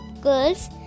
girls